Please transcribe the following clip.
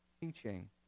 teaching